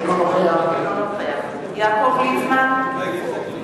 אינו נוכח יעקב ליצמן,